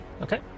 Okay